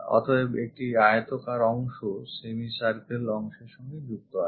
অতএব একটি আয়তাকার অংশ semicircle অংশের সঙ্গে যুক্ত আছে